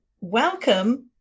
welcome